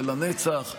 שזה לנצח.